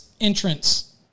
entrance